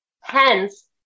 Hence